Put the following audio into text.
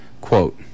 Quote